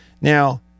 Now